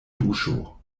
buŝo